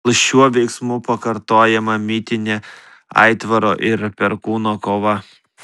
gal šiuo veiksmu pakartojama mitinė aitvaro ir perkūno kova